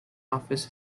office